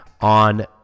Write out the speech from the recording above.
on